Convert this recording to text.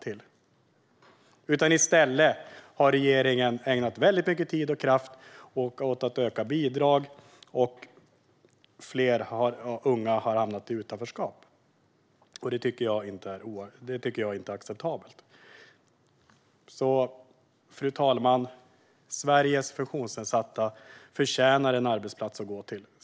I stället har regeringen ägnat mycket tid och kraft åt att öka bidrag, och fler unga har hamnat i utanförskap. Det är inte acceptabelt. Fru talman! Sveriges funktionsnedsatta förtjänar att ha en arbetsplats att gå till.